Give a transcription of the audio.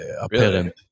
apparent